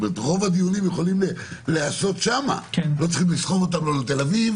כלומר רוב הדיונים יכולים להיעשות שם - לא צריך לסחוב אותם לא לתל אביב